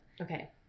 Okay